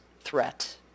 threat